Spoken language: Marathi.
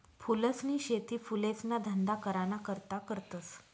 फूलसनी शेती फुलेसना धंदा कराना करता करतस